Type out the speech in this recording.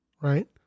right